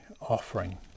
offering